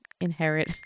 inherit